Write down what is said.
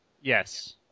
Yes